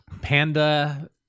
Panda